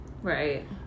Right